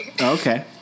Okay